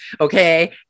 Okay